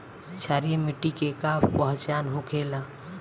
क्षारीय मिट्टी के का पहचान होखेला?